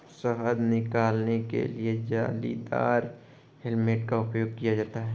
शहद निकालने के लिए जालीदार हेलमेट का उपयोग किया जाता है